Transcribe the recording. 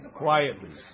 quietly